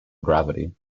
gravity